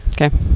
Okay